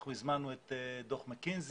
אנחנו הזמנו את דוח מקינזי,